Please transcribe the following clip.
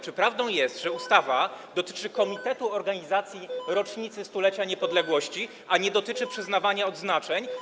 Czy prawdą jest, że ustawa dotyczy komitetu ds. organizacji rocznicy stulecia niepodległości, a nie dotyczy przyznawania odznaczeń?